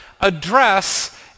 address